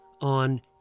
on